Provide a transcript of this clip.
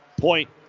Point